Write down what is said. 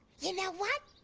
you know what?